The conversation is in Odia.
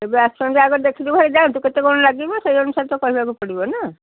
ଏବେ ଆସନ୍ତୁ ଆଗ ଦେଖିଦୁଖାକି ଯାଆନ୍ତୁ କେତେକଣ ଲାଗିବ ସେଇ ଅନୁସାରେ ତ କହିବାକୁ ପଡ଼ିବ ନା